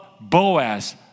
Boaz